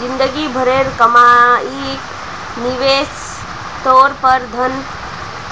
जिंदगी भरेर कमाईक निवेशेर तौर पर धन